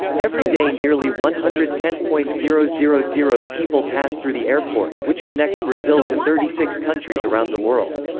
every day nearly one hundred and ten point zero zero zero people pass through the airport, which connects brazil to thirty six countries around the world.